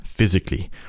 physically